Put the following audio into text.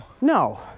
No